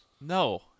No